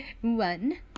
one